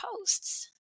posts